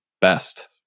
best